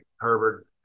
Herbert